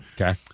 Okay